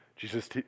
Jesus